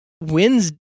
Wednesday